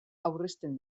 aurrezten